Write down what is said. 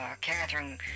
Catherine